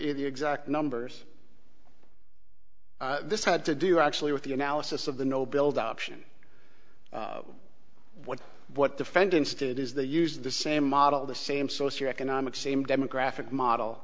the exact numbers this had to do actually with the analysis of the no build option what what defendants did is they used the same model the same socio economic same demographic model